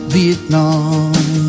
Vietnam